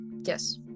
Yes